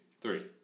Three